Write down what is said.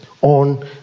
on